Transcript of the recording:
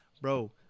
bro